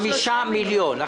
5 מיליון שקלים.